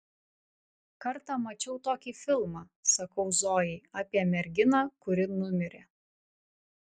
kartą mačiau tokį filmą sakau zojai apie merginą kuri numirė